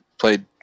Played